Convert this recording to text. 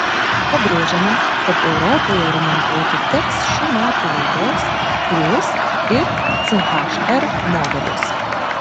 pabrėžiama kad europoje remontuoti teks šių metų laidos prius ir ch r modelius